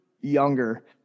younger